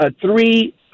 three